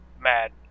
mad